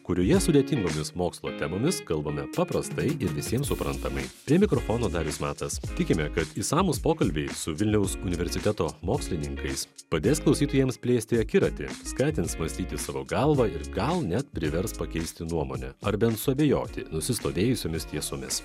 kurioje sudėtingomis mokslo temomis kalbame paprastai ir visiems suprantamai prie mikrofono darius matas tikime kad išsamūs pokalbiai su vilniaus universiteto mokslininkais padės klausytojams plėsti akiratį skatins mąstyti savo galva ir gal net privers pakeisti nuomonę ar bent suabejoti nusistovėjusiomis tiesomis